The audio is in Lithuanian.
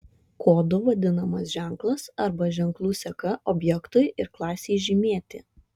kodu vadinamas ženklas arba ženklų seka objektui ir klasei žymėti